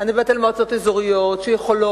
אני מדברת על מועצות אזוריות שיכולות,